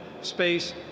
Space